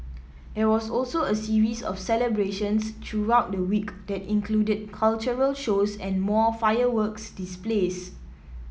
there was also a series of celebrations throughout the week that included cultural shows and more fireworks displays